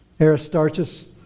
Aristarchus